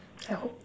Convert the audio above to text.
I hope